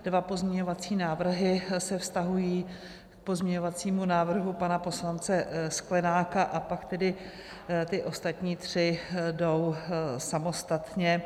Dva pozměňovací návrhy se vztahují k pozměňovacímu návrhu pana poslance Sklenáka, pak ty ostatní tři jdou samostatně.